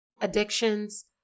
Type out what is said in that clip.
addictions